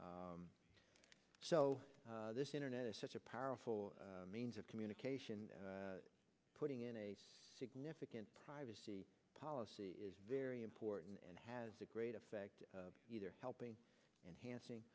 so this internet is such a powerful means of communication and putting in a significant privacy policy is very important and has a great effect either helping enhancing